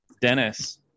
Dennis